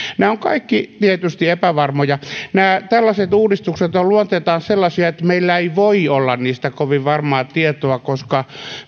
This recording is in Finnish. nämä ovat kaikki tietysti epävarmoja nämä tällaiset uudistukset ovat luonteeltaan sellaisia että meillä ei voi olla niistä kovin varmaa tietoa koska